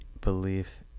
belief